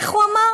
איך הוא אמר?